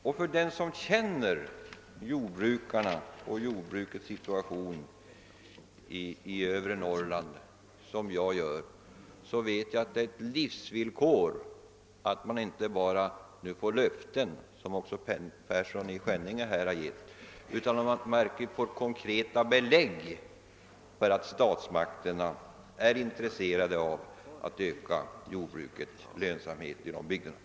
Och den som känner jordbrukarna och jordbrukets situation i övre Norrland, som jag gör, vet att det är ett livsvillkor att man inte bara får löften — sådana som också herr Persson i Skänninge nu givit här — utan att man verkligen erhåller konkreta belägg för att statsmakterna är intresserade av att öka jordbrukets lönsamhet i dessa bygder.